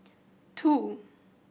two